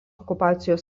okupacijos